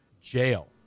jail